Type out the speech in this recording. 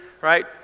right